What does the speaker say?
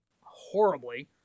horribly